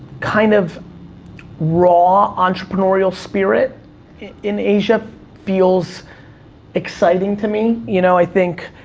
kind of raw entrepreneurial spirit in asia feels exciting to me, you know, i think,